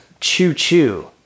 Choo-choo